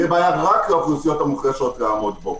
תהיה בעיה רק לאוכלוסיות המוחלשות לעמוד בו.